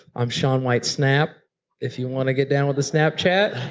i'm shaunwhitesnap if you want to get down with the snap chat.